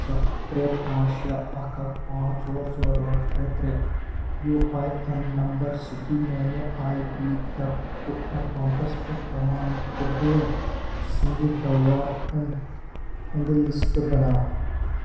سَتھ ترٛےٚ پانژھ شےٚ اکھ اکھ پانٛژھ ژور ژور ٲٹھ ترٛےٚ ترٛےٚ یوٗ آی این نمبر سۭتی میانہِ E P F O accounts پٮ۪ٹھ تمام قبوٗل سٕنٛدِ داواہَن ہُنٛد لسٹ بناو